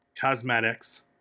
cosmetics